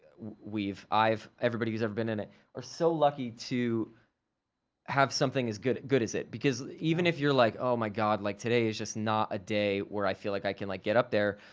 we've, i've, everybody who's ever been in it, are so lucky to have something as good, good as it. because, even if you're like, oh my god, like today is just not a day where i feel like i can like get up there.